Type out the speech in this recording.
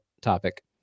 topic